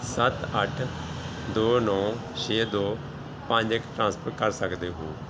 ਸੱਤ ਅੱਠ ਦੋ ਨੌਂ ਛੇ ਦੋ ਪੰਜ ਇੱਕ ਟ੍ਰਾਂਸਫਰ ਕਰ ਸਕਦੇ ਹੋ